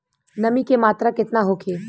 नमी के मात्रा केतना होखे?